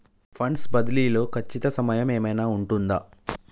Funds బదిలీ లో ఖచ్చిత సమయం ఏమైనా ఉంటుందా?